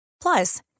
Plus